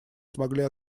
смогли